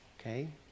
Okay